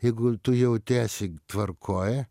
jeigu tu jautiesi tvarkoj